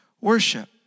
worship